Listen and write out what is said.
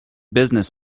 business